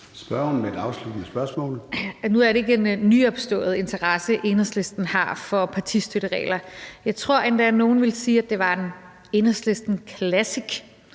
Spørgeren med et afsluttende spørgsmål. Kl. 13:20 Rosa Lund (EL): Nu er det ikke en nyopstået interesse, Enhedslisten har for partistøtteregler. Jeg tror endda, at nogle ville sige, at det er en Enhedslisten classic